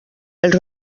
els